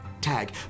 tag